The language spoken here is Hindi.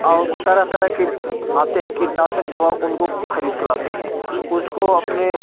और तरह तरह के आते हैं कीटनाशक दवा उनको खरीद के लाते हैं उसको अपने